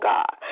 God